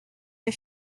der